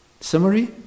summary